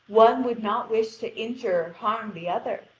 one would not wish to injure or harm the other,